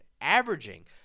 averaging